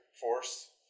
force